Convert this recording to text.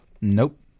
nope